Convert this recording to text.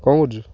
କ'ଣ କରୁଛୁ